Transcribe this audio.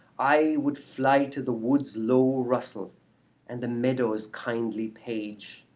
i would fly to the wood's low rustle and the meadow's kindly page.